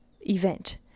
event